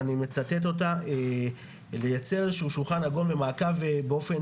ואני מצטט אותה: "לייצר שולחן עגול ומעקב באופן